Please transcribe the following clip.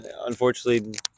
unfortunately